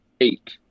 eight